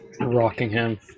rockingham